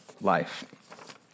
life